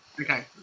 Okay